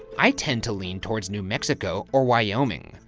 i tend to lean towards new mexico or wyoming.